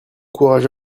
courage